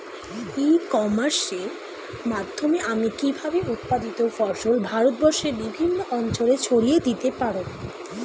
ই কমার্সের মাধ্যমে আমি কিভাবে উৎপাদিত ফসল ভারতবর্ষে বিভিন্ন অঞ্চলে ছড়িয়ে দিতে পারো?